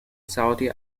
saudi